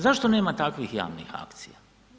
Zašto nema takvih javni akcija?